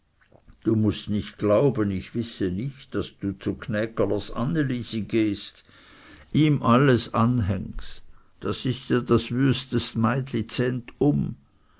du mußt nicht glauben ich wisse nicht daß du zu gnäggerlers anne lisi gehst ihm alles anhängst und das ist ja das wüstest